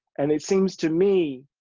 and it seems to me,